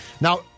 Now